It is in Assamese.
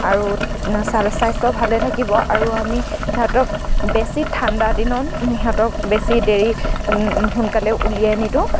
আৰু স্বাস্থ্য ভালে থাকিব আৰু আমি সিহঁতক বেছি ঠাণ্ডা দিনত সিহঁতক বেছি দেৰি সোনকালে উলিয়াই নিদিওঁ